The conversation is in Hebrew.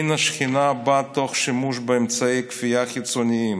אין השכינה באה תוך שימוש באמצעי כפייה חיצוניים.